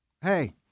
Hey